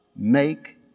make